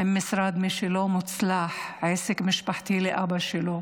עם משרד משלו, מוצלח, עסק משפחתי לאבא שלו.